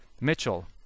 Mitchell